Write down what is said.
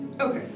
Okay